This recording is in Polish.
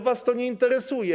Was to nie interesuje.